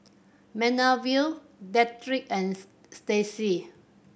Manervia Dedrick and Stacey